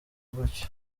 gutyo